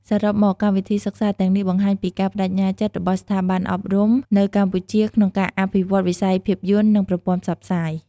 សរុបមក កម្មវិធីសិក្សាទាំងនេះបង្ហាញពីការប្តេជ្ញាចិត្តរបស់ស្ថាប័នអប់រំនៅកម្ពុជាក្នុងការអភិវឌ្ឍវិស័យភាពយន្ត និងប្រព័ន្ធផ្សព្វផ្សាយ។